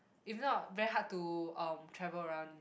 if not very hard to um travel around